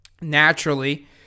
naturally